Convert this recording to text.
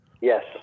Yes